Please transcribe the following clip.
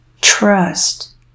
trust